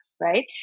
right